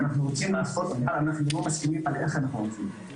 אנחנו רוצים לעשות אבל אנחנו לא מסכימים על איך אנחנו רוצים לעשות.